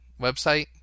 website